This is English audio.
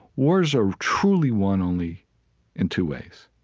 wars are truly won only in two ways.